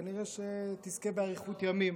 כנראה שתזכה באריכות ימים.